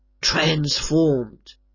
transformed